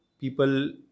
people